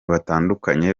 batandukanye